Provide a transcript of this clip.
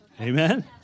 Amen